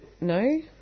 No